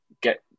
get